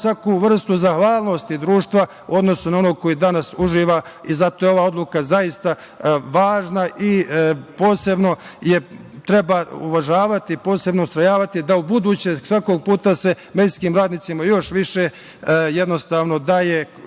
svaku vrstu zahvalnosti društva u odnosu na ono koje danas uživa. Zato je ova odluka zaista važna i posebno je treba uvažavati i posebno ustrajavati da u buduće se svakog puta medicinskim radnicima još više daje